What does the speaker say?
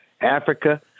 Africa